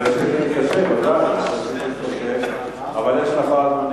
ולאחר מכן